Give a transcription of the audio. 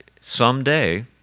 someday